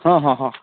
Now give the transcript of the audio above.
ହଁ ହଁ ହଁ